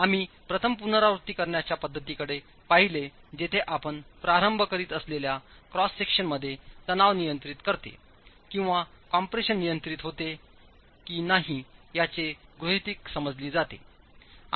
आम्ही प्रथम पुनरावृत्ती करण्याच्या पद्धतीकडे पाहिले जिथे आपण प्रारंभ करीत असलेल्या क्रॉस सेक्शनमध्ये तणाव नियंत्रित करते किंवा कम्प्रेशन नियंत्रित होते की नाही याची गृहितक समजली जाते